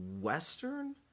western